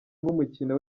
nk’umukino